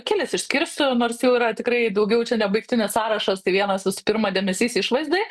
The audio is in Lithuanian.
kelis išskirsiu nors jų yra tikrai daugiau čia ne baigtinis sąrašas tai vienas visų pirma dėmesys išvaizdai